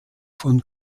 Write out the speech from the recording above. von